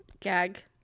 gag